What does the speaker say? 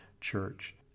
church